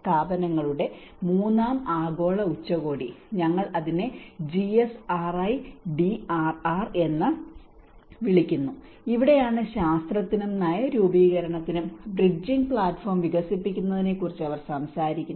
സ്ഥാപനങ്ങളുടെ മൂന്നാം ആഗോള ഉച്ചകോടി ഞങ്ങൾ അതിനെ GSRIDRR എന്ന് വിളിക്കുന്നു ഇവിടെയാണ് ശാസ്ത്രത്തിനും നയരൂപീകരണത്തിനും ബ്രിഡ്ജിംഗ് പ്ലാറ്റ്ഫോം വികസിപ്പിക്കുന്നതിനെക്കുറിച്ച് അവർ സംസാരിക്കുന്നത്